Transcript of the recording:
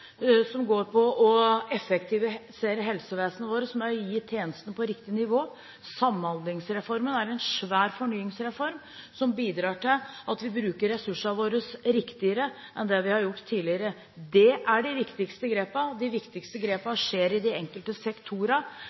riktig nivå. Samhandlingsreformen er en svær fornyingsreform, som bidrar til at vi bruker ressursene våre riktigere enn vi har gjort tidligere. Det er de viktigste grepene. De viktigste grepene skjer i de enkelte sektorer